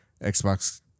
xbox